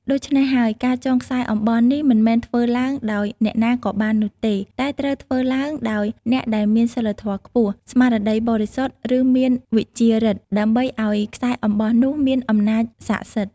ដូច្នេះហើយ ការចងខ្សែអំបោះនេះមិនមែនធ្វើឡើងដោយអ្នកណាក៏បាននោះទេ តែត្រូវធ្វើឡើងដោយអ្នកដែលមាន សីលធម៌ខ្ពស់ ស្មារតីបរិសុទ្ធ ឬមានវិជ្ជាប្ញទ្ធិ ដើម្បីឲ្យខ្សែអំបោះនោះមានអំណាចស័ក្តិសិទ្ធិ។